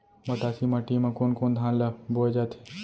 मटासी माटी मा कोन कोन धान ला बोये जाथे?